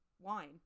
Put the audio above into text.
wine